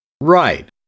Right